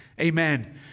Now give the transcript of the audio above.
Amen